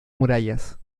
murallas